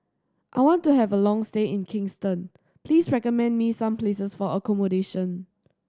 I want to have a long stay in Kingston please recommend me some places for accommodation